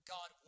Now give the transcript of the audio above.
God